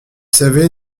savez